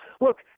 Look